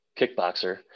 Kickboxer